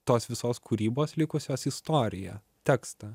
tos visos kūrybos likusios istoriją tekstą